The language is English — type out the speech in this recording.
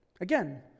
Again